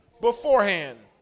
beforehand